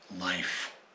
Life